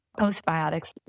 postbiotics